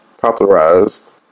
popularized